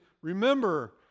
remember